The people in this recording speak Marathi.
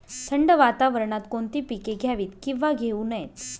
थंड वातावरणात कोणती पिके घ्यावीत? किंवा घेऊ नयेत?